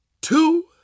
two